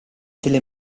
delle